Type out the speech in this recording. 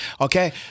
Okay